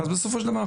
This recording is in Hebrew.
אז בסופו של דבר,